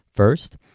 First